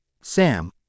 Sam